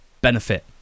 benefit